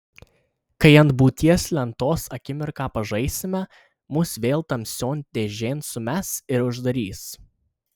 kai ant būties lentos akimirką pažaisime mus vėl tamsion dėžėn sumes ir uždarys